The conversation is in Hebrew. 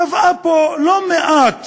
קבעה פה לא מעט